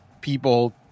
people